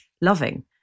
loving